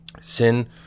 Sin